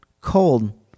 cold